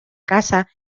casa